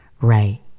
right